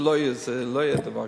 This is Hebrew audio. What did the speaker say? שלא יהיה דבר כזה.